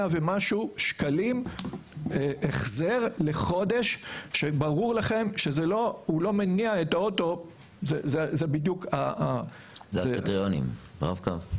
100 ומשהו החזר לחודש כשברור לכם שהוא לא מניע את האוטו --- כן זה